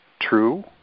True